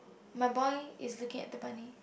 my boy is looking at the bunny